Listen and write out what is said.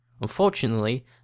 Unfortunately